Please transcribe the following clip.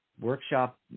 workshop